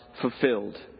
fulfilled